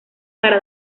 para